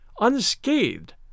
unscathed